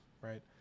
right